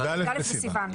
י"א בסיון.